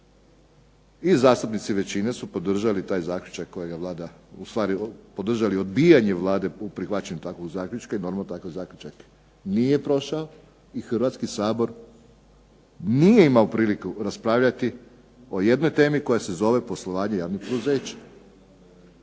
i zastupnici većine su podržali taj zaključak kojega je Vlada, ustvari podržali odbijanje Vlade u prihvaćanju takvog zaključka i normalno takav zaključak nije prošao i Hrvatski sabor nije imao priliku raspravljati o jednoj temi koja se zove poslovanje javnih poduzeća.